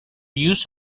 use